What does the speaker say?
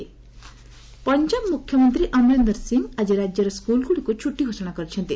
Punjab flood Punjab ମୁଖ୍ୟମନ୍ତ୍ରୀ ଅମରିନ୍ଦର ସିଂ ଆଜି ରାଜ୍ୟର ସ୍କୁଲଗୁଡିକୁ ଛୁଟି ଘୋଷଣା କରିଛନ୍ତି